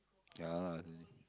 ya lah then